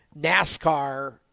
NASCAR